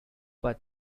but